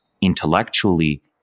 intellectually